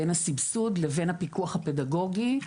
בין הסבסוד לבין הפיקוח הפדגוגי,